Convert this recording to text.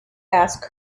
asked